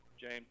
James